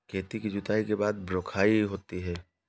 खेती की जुताई के बाद बख्राई होती हैं?